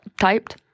typed